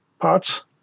parts